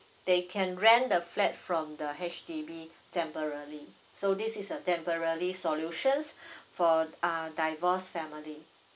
they can rent the flat from the H_D_B temporally so this is a temporally solutions for uh divorced family